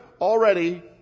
already